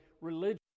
religion